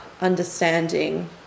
understanding